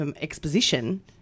exposition